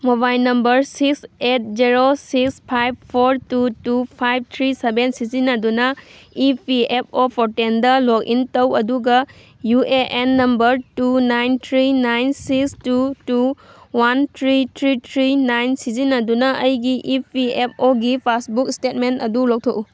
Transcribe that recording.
mobile number six eight zero six five four two two five three seven ꯁꯤꯖꯤꯟꯅꯗꯨꯅ E P F O ꯄꯣꯔꯇꯦꯜꯗ log in ꯇꯧ ꯑꯗꯨꯒ U A N number two nine three nine six two two one three three three nine ꯁꯤꯖꯤꯟꯅꯗꯨꯅ ꯑꯩꯒꯤ E P F O ꯒꯤ passbook statement ꯑꯗꯨ ꯂꯧꯊꯣꯛꯎ